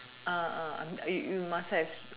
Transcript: uh I mean you you must have